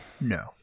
No